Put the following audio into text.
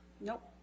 Nope